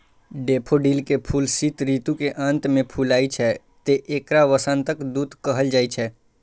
daffodil के फूल शीत ऋतु के अंत मे फुलाय छै, तें एकरा वसंतक दूत कहल जाइ छै